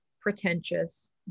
pretentious